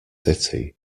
city